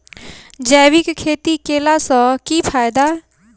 जैविक खेती केला सऽ की फायदा?